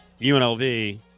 UNLV